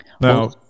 Now